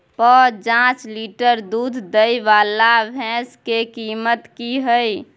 प जॉंच लीटर दूध दैय वाला भैंस के कीमत की हय?